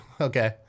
okay